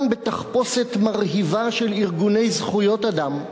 כולם בתחפושת מרהיבה של ארגוני זכויות אדם,